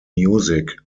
music